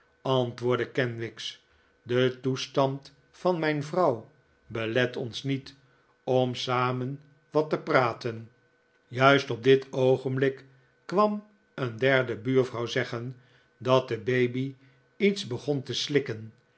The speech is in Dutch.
antwoordde kenwigs de toestand van mijn vrouw belef ons niet om samen wat te praten juist op dit oogenblik kwam een derde buurvrouw zeggen dat de baby iets begon te slikken